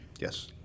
Yes